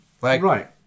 Right